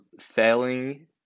failing